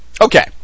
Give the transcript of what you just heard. Okay